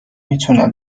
میتونه